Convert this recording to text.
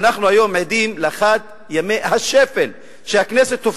אנחנו היום עדים לאחד מימי השפל של הכנסת.